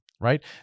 right